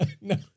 No